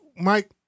Mike